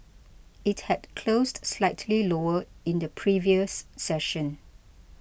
it had closed slightly lower in the previous session